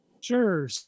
Sure